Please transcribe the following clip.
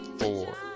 four